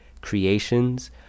Creations